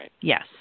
Yes